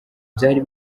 byari